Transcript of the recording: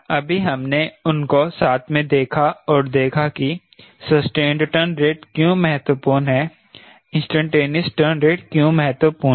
अभी हमने उनको साथ में देखा और देखा कि सस्टेंड टर्न रेट क्यों महत्वपूर्ण है इंस्टैंटेनियस टर्न रेट क्यों महत्वपूर्ण है